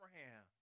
Abraham